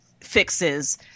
fixes